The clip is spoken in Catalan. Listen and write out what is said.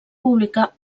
pública